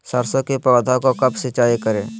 सरसों की पौधा को कब सिंचाई करे?